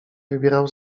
wybierał